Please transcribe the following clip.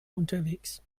unterwegs